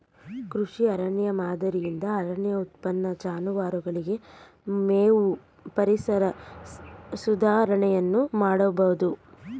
ಕೃಷಿ ಅರಣ್ಯ ಮಾದರಿಯಿಂದ ಅರಣ್ಯ ಉತ್ಪನ್ನ, ಜಾನುವಾರುಗಳಿಗೆ ಮೇವು, ಪರಿಸರ ಸುಧಾರಣೆಯನ್ನು ಮಾಡಬೋದು